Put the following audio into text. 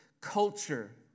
culture